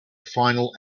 final